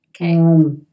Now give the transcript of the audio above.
Okay